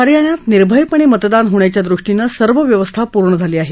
हरियाणामध्ये निर्भयपणे मतदान होण्याच्या दृष्टीनं सर्व व्यवस्था पूर्ण झाली आहे